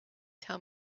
tell